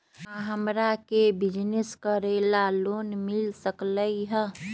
का हमरा के बिजनेस करेला लोन मिल सकलई ह?